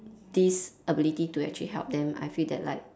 this ability to actually help them I feel that like